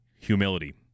humility